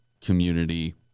community